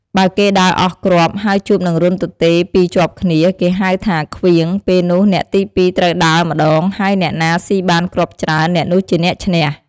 បើគេដើរអស់គ្រាប់ ហើយជួបនឹងរន្ធទទេពីរជាប់គ្នា គេហៅថាឃ្វាង ពេលនោះអ្នកទីពីរត្រូវដើរម្ដង ហើយអ្នកណាស៊ីបានគ្រាប់ច្រើន អ្នកនោះជាអ្នកឈ្នះ។